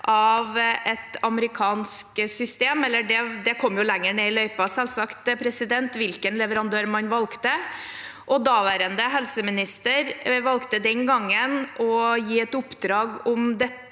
av et amerikansk system – eller det kom jo lenger ned i løypa, selvsagt, hvilken leverandør man valgte. Daværende helseminister valgte den gangen å gi et oppdrag om denne